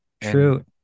true